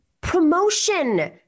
promotion